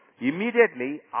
immediately